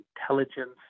intelligence